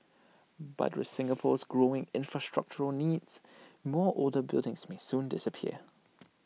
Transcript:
but with Singapore's growing infrastructural needs more older buildings may soon disappear